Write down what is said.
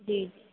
जी